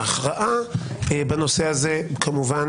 ההכרעה בנושא הזה כמובן,